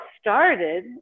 started